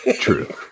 True